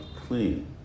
clean